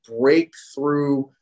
breakthrough